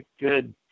good